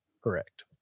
Correct